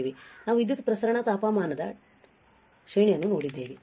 ಆದ್ದರಿಂದ ನಾವು ವಿದ್ಯುತ್ ಪ್ರಸರಣ ತಾಪಮಾನದ power dissipation temperature ಶ್ರೇಣಿಯನ್ನು ನೋಡಿದೆವು